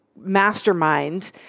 mastermind